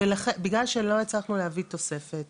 ולכן בגלל שלא הצלחנו להביא תוספת